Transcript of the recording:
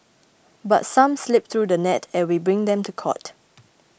but some slip through the net and we bring them to court